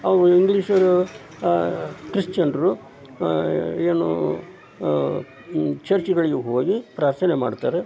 ಅವರು ಇಂಗ್ಲಿಷರು ಕ್ರಿಶ್ಚಿಯನ್ರು ಏನು ಚರ್ಚ್ಗಳಿಗೆ ಹೋಗಿ ಪ್ರಾರ್ಥನೆ ಮಾಡ್ತಾರೆ